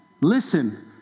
Listen